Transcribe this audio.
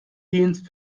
dienst